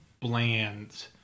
bland